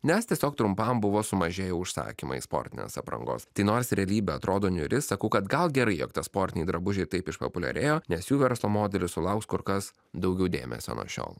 nes tiesiog trumpam buvo sumažėję užsakymai sportinės aprangos tai nors realybė atrodo niūri sakau kad gal gerai jog tie sportiniai drabužiai taip išpopuliarėjo nes jų verslo modelis sulauks kur kas daugiau dėmesio nuo šiol